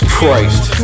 Christ